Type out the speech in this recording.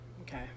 Okay